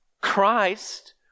Christ